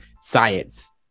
science